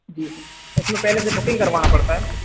जी उसमें पहले से बुकिंग करवाना पड़ता है